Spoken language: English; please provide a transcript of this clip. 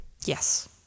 Yes